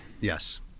Yes